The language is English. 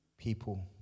people